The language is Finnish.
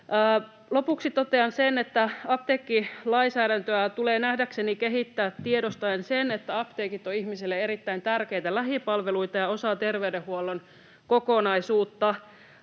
Lopuksi totean sen, että apteekkilainsäädäntöä tulee nähdäkseni kehittää tiedostaen se, että apteekit ovat ihmisille erittäin tärkeitä lähipalveluita ja osa terveydenhuollon kokonaisuutta.